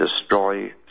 destroy